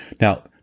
Now